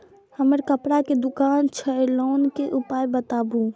हमर कपड़ा के दुकान छै लोन के उपाय बताबू?